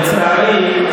לצערי,